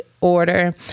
order